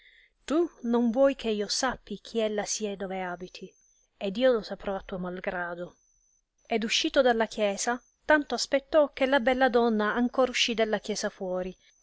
tu non vuoi che io sappi chi ella sia e dove abiti ed io lo saprò a tuo mal grado ed uscito dalla chiesa tanto aspettò che la bella donna ancor uscì della chiesa fuori